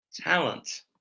talent